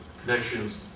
connections